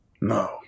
No